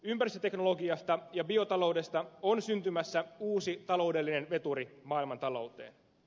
ympäristöteknologiasta ja biotaloudesta on synty mässä uusi taloudellinen veturi maailmantalouteen